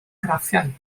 graffiau